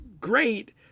great